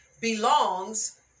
Belongs